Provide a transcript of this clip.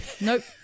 Nope